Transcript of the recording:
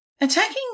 Attacking